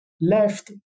left